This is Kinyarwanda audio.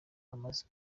amaze